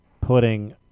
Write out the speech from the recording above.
putting